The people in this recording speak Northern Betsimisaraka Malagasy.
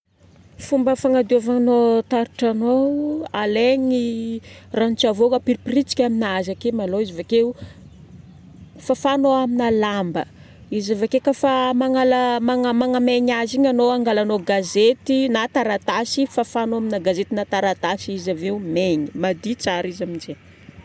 Fomba fagnadiovagnao taratranao alaigna ranon-tsavony apiripiritsika aminazy ake vake maloha izy vakeo fafagnao amina lamba. Izy avake koa fa magnala, magna, magnamaigny azy igny anao angalanao gazety na taratasy, fafagnao amina gazety na taratasy izy aveo maigny. Madio tsara izy aminjay.